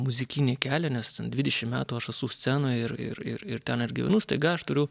muzikinį kelią nes ten dvidešim metų aš esu scenoj ir ir ir ir ten ir gyvenu staiga aš turiu